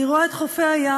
אני רואה את חופי הים,